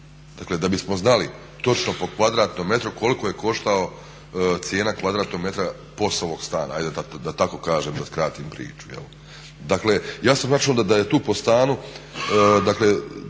Dakle, da bismo znali točno po kvadratnom metru koliko je koštao cijena kvadratnog metra POS-ovog stana, hajde da tako kažem, da skratim priču. Dakle, ja sam računao da je tu po stanu,